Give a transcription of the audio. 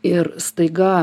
ir staiga